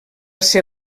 ser